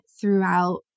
throughout